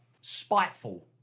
spiteful